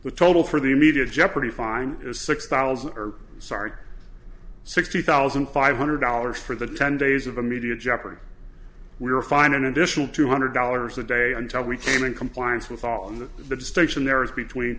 the total for the immediate jeopardy fine is six thousand or start sixty thousand five hundred dollars for the ten days of immediate jeopardy we were fined an additional two hundred dollars a day until we came in compliance with all the mistakes and there is between